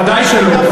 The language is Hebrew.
ודאי שלא.